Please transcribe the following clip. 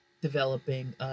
developing